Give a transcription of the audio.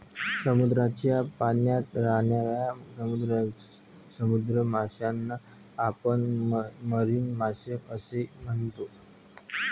समुद्राच्या पाण्यात राहणाऱ्या समुद्री माशांना आपण मरीन मासे असेही म्हणतो